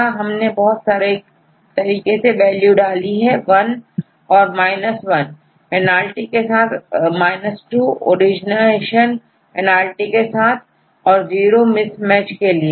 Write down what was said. यहां हमने बहुत सरल तरीके से वैल्यू डाली है वन और माइनस वनपेनाल्टी के लिए माइनस टू ओरिजिनेशन पेनाल्टी के लिए और जीरो मिसमैच के लिए